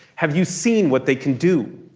have you seen what they can do?